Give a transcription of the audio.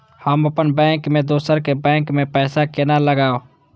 हम अपन बैंक से दोसर के बैंक में पैसा केना लगाव?